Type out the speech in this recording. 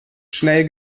schnell